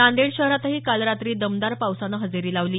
नांदेड शहरातही काल रात्री दमदार पावसानं हजेरी लावली